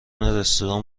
رستوران